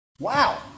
Wow